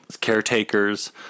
caretakers